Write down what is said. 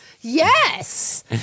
Yes